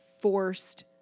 forced